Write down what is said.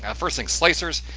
ah first thing slicers,